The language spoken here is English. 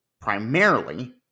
primarily